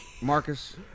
Marcus